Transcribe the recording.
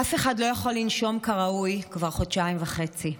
אף אחד לא יכול לנשום כראוי כבר חודשיים וחצי.